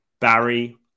Barry